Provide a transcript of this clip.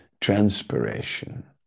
transpiration